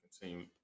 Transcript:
continue